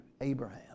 Abraham